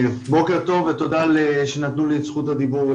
בוקר טוב ותודה על שניתנה לי את זכות הדיבור.